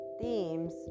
themes